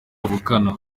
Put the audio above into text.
bavukana